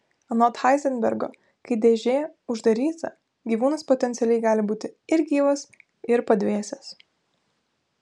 anot heizenbergo kai dėžė uždaryta gyvūnas potencialiai gali būti ir gyvas ir padvėsęs